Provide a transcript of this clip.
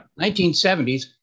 1970s